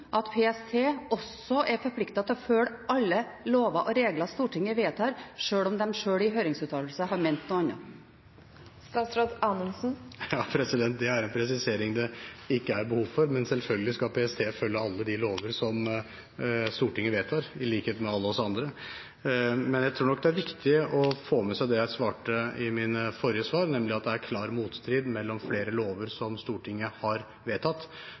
at PST også er forpliktet til å følge alle lover og regler Stortinget vedtar, sjøl om de sjøl i høringsuttalelsen har ment noe annet. Det er en presisering det ikke er behov for: Selvfølgelig skal PST følge alle de lover som Stortinget vedtar, i likhet med alle oss andre. Men jeg tror nok det er viktig å få med seg det jeg sa i mitt forrige svar, nemlig at det er klar motstrid mellom flere lover som Stortinget har vedtatt,